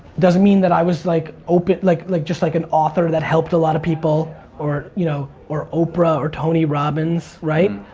doesn't mean that i was like like like just like an author that helped a lot of people or you know or oprah or tony robbins, right?